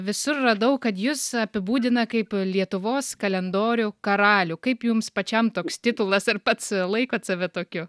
visur radau kad jus apibūdina kaip lietuvos kalendorių karalių kaip jums pačiam toks titulas ar pats laikot save tokiu